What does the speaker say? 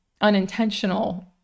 unintentional